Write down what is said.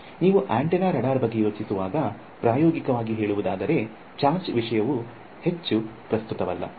ನೀವು antenna radar ಬಗ್ಗೆ ಯೋಚಿಸುವಾಗ ಪ್ರಾಯೋಗಿಕವಾಗಿ ಹೇಳುವುದಾದರೆ ಚಾರ್ಜ್ ವಿಷಯವು ಹೆಚ್ಚು ಪ್ರಸ್ತುತವಲ್ಲ